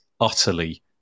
utterly